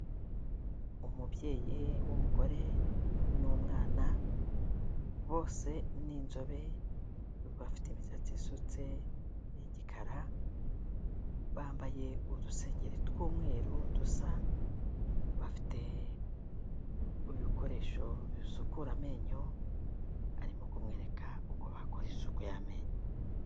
Umubyeyi w'umugore n'umwana, bose ni inzobe, bafite imisatsi isutse y'igikara, bambaye udusengero tw'umweru dusa, bafite ibikoresho bisukura amenyo, arimo kumwereka uko bakora isuku y'amenyo.